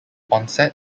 onset